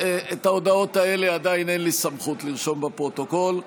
את ההודעות האלה אין לי סמכות לרשום בפרוטוקול.